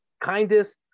kindest